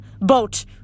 Boat